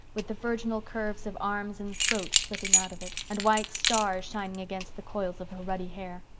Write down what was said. with the virginal curves of arms and throat slipping out of it, and white stars shining against the coils of her ruddy hair.